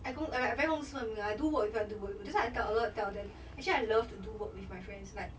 I 公 I very 公私分明 [one] I do work if I want to do work that's what I allowed to tell them actually I love to do work with my friends like